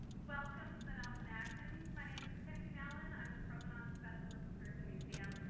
welcome to the nelson-atkins. my name is mackenzie mallon. i'm the provenance specialist here at the museum.